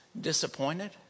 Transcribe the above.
disappointed